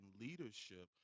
leadership